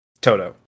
Toto